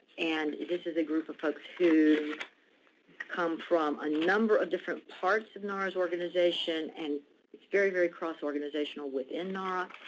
and this is a group of folks who come from a number of different parts of nara's organization and is very, very cross-organizational within nara.